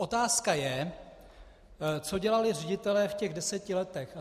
Otázka je, co dělali ředitelé v těch deseti letech.